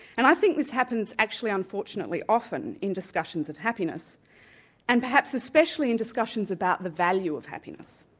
and i think this happens actually unfortunately often in discussions of happiness and perhaps especially in discussions about the value of happiness.